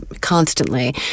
constantly